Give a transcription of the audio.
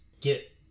get